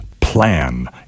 plan